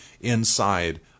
inside